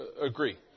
agree